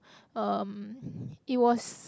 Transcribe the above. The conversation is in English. um it was